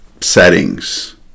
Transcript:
settings